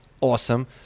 awesome